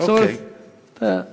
במילים פשוטות,